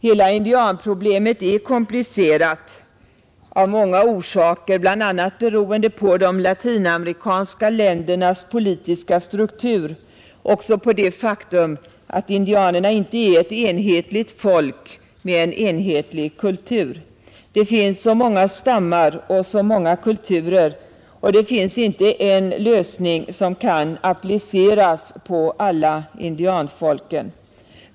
Hela indianproblemet är av många orsaker komplicerat, bl.a. beroende på de latinamerikanska ländernas politiska struktur men också på det faktum att indianerna inte är ett enhetligt folk med en enhetlig kultur. Det finns så många stammar och så många kulturer att inte en enda lösning kan appliceras på alla indianfolken.